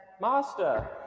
Master